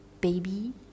Baby